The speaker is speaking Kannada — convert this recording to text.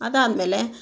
ಅದಾದಮೇಲೆ